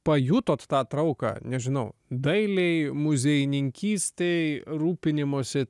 pajutot tą trauką nežinau dailei muziejininkystei rūpinimosi